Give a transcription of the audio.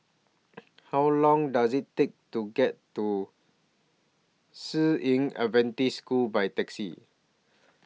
How Long Does IT Take to get to San Yu Adventist School By Taxi